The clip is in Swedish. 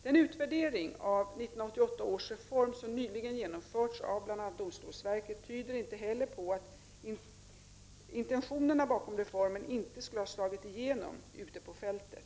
Den utvärdering av 1988 års reform, som nyligen genomförts av bl.a. domstolsverket, tyder inte heller på att intentionerna bakom reformen inte skulle ha slagit igenom ute på fältet.